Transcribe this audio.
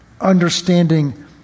understanding